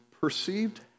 perceived